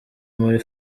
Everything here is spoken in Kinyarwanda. muri